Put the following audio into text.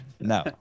No